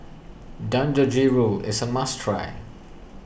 Dangojiru is a must try